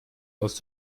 aus